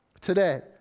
today